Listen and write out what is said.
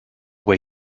way